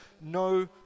no